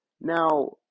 Now